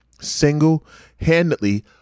single-handedly